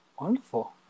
wonderful